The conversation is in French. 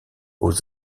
aux